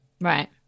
right